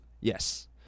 Yes